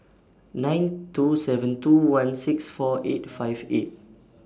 nine two seven two one six four eight five eight